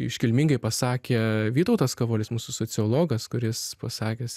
iškilmingai pasakė vytautas kavolis mūsų sociologas kuris pasakęs